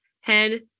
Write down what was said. head